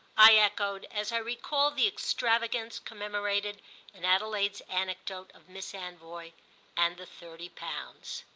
i echoed as i recalled the extravagance commemorated in adelaide's anecdote of miss anvoy and the thirty pounds.